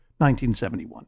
1971